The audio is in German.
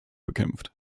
bekämpft